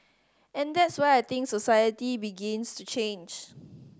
and that's where I think society begins to change